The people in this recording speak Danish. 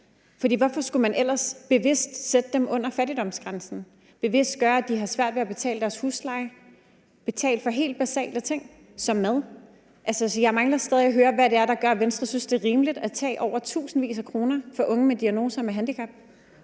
hvorfor skulle man ellers bevidst sætte dem under fattigdomsgrænsen og bevidst gøre, at de har svært ved at betale deres husleje og betale for helt basale ting som mad? Så jeg mangler stadig at høre, hvad det er, der gør, at Venstre synes, det er rimeligt at tage tusindvis af kroner fra unge med diagnoser og med handicap.